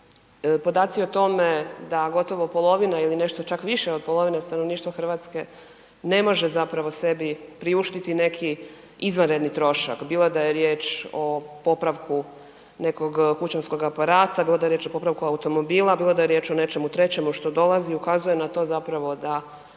a podaci o tome da gotovo polovina ili nešto čak više od polovine stanovništva RH ne može zapravo sebi priuštiti neki izvanredni trošak, bilo da je riječ o popravku nekog kućanskog aparata, bilo da je riječ o popravku automobila, bilo da je riječ o nečemu trećemu što dolazi, ukazuje na to zapravo da